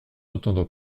entendre